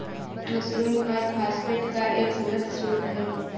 mushroom खाद phosphate का एक समृद्ध स्रोत है